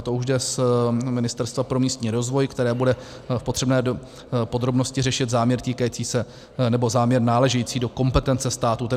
To už jde z Ministerstva pro místní rozvoj, které bude potřebné podrobnosti řešit záměr týkající se, nebo záměr náležející do kompetence státu.